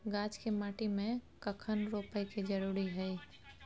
गाछ के माटी में कखन रोपय के जरुरी हय?